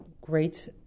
great